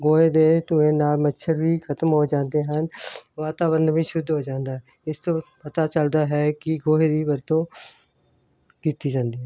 ਗੋਹੇ ਦੇ ਧੂੰਏ ਨਾਲ ਮੱਛਰ ਵੀ ਖਤਮ ਹੋ ਜਾਂਦੇ ਹਨ ਵਾਤਾਵਰਨ ਵਿੱਚ ਸ਼ੁੱਧ ਹੋ ਜਾਂਦਾ ਇਸ ਤੋਂ ਪਤਾ ਚਲਦਾ ਹੈ ਕਿ ਗੋਹੇ ਦੀ ਵਰਤੋਂ ਕੀਤੀ ਜਾਂਦੀ ਹੈ